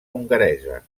hongaresa